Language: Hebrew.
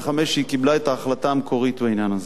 כשהיא קיבלה את ההחלטה המקורית בעניין הזה.